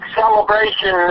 celebration